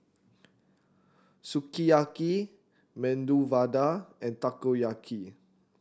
Sukiyaki Medu Vada and Takoyaki